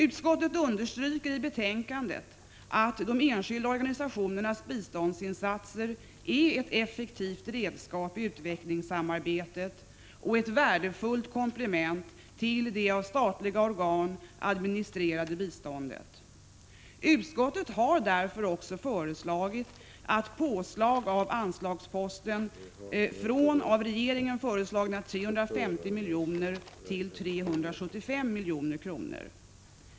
Utskottet understryker i betänkandet att de enskilda organisationernas biståndsinsatser är ett effektivt redskap i utvecklingssamarbetet och ett värdefullt komplement till det av statliga organ administrerade biståndet. Utskottet har därför också föreslagit ett påslag på anslagsposten — från av regeringen föreslagna 350 milj.kr. till 375 milj.kr.